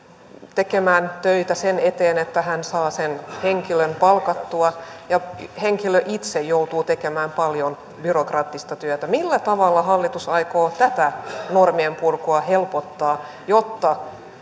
tekemään töitä sen eteen että hän saa sen henkilön palkattua ja henkilö itse joutuu tekemään paljon byrokraattista työtä millä tavalla hallitus aikoo tätä normien purkua helpottaa jotta